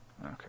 Okay